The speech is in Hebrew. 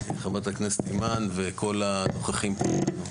חברת הכנסת אימאן וכל הנוכחים פה.